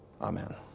Amen